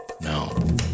No